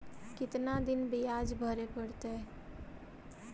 कितना दिन बियाज भरे परतैय?